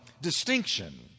distinction